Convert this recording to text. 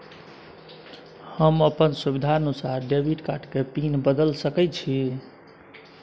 हम अपन सुविधानुसार डेबिट कार्ड के पिन बदल सके छि?